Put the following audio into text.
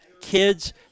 kids